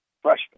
Freshman